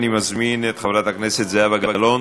אני מזמין את חברת הכנסת זהבה גלאון.